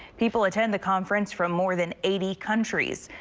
people attend the conference from more than eighty countries.